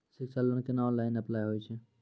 शिक्षा लोन केना online apply होय छै?